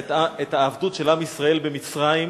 את העבדות של עם ישראל במצרים,